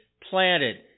planted